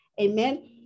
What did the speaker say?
Amen